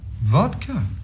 Vodka